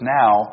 now